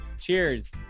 Cheers